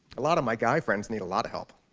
a lot of my guy friends need a lot of help.